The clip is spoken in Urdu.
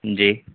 جی